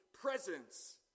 presence